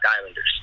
Islanders